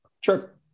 Sure